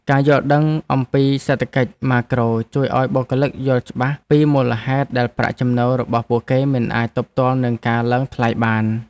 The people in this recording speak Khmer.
ការយល់ដឹងអំពីសេដ្ឋកិច្ចម៉ាក្រូជួយឱ្យបុគ្គលិកយល់ច្បាស់ពីមូលហេតុដែលប្រាក់ចំណូលរបស់ពួកគេមិនអាចទប់ទល់នឹងការឡើងថ្លៃបាន។